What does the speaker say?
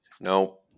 No